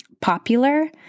popular